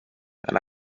and